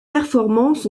performances